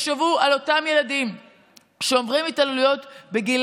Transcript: תחשבו על אותם ילדים שעוברים התעללויות בגיל